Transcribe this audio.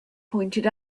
pointed